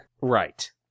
Right